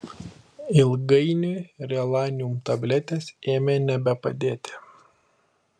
ilgainiui relanium tabletės ėmė nebepadėti